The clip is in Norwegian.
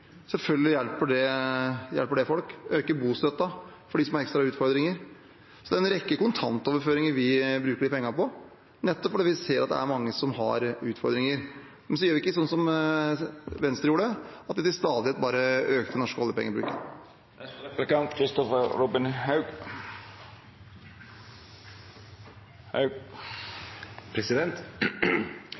selvfølgelig hjelper det folk – og på å øke bostøtten for dem som har ekstra utfordringer. Det er en rekke kontantoverføringer vi bruker de pengene på, nettopp fordi vi ser at det er mange som har utfordringer. Men så gjør vi ikke sånn som Venstre gjorde, at de til stadighet bare økte den norske oljepengebruken.